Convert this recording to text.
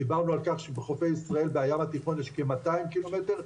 דיברנו על כך שבחופי ישראל והים התיכון יש כ-200 קילומטר.